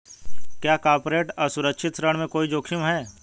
क्या कॉर्पोरेट असुरक्षित ऋण में कोई जोखिम है?